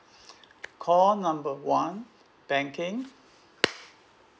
call number one banking